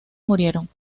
murieron